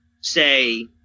say